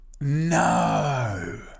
No